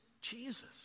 Jesus